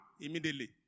immediately